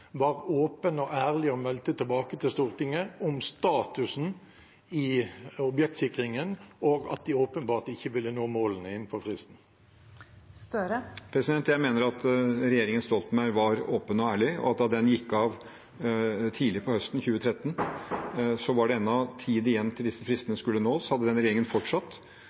var åpen og ærlig og meldte tilbake til Stortinget om statusen i objektsikringen, og at de åpenbart ikke ville nå målene innenfor fristen. Jeg mener at regjeringen Stoltenberg var åpen og ærlig, og at da den gikk av tidlig høsten 2013, var det ennå tid igjen til disse fristene skulle nås. Hadde den regjeringen fortsatt,